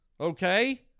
okay